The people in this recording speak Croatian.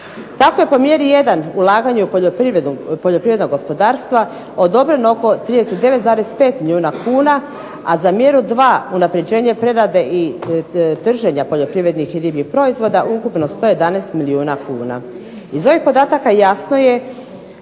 Tako je po mjeri jedan ulaganju u poljoprivredna gospodarstva odobreno oko 39,35 milijuna kuna, a za mjeru dva unapređenje prerade i trženja poljoprivrednih i ribljih proizvoda ukupno 111 milijuna kuna. Iz ovih podataka jasno je